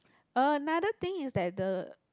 another thing is that the